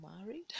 married